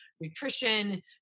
nutrition